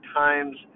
times